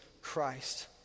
Christ